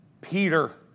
Peter